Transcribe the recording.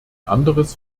anderes